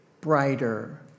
brighter